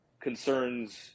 concerns